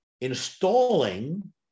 installing